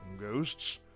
ghosts